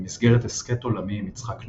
במסגרת הסכת עולמי עם יצחק נוי,